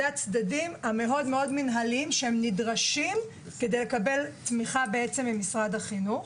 אלה הצדדים המינהליים מאוד שהם נדרשים להם כדי לקבל תמיכה ממשרד החינוך.